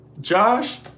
Josh